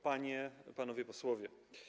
Panie, Panowie Posłowie!